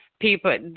People